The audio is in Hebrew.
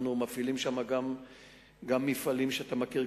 אנחנו מפעילים שם גם מפעלים שאתה מכיר,